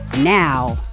now